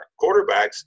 quarterbacks